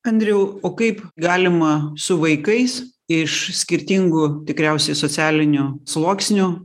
andriau o kaip galima su vaikais iš skirtingų tikriausiai socialinių sluoksnių